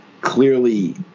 clearly